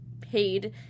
paid